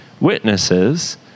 witnesses